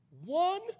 one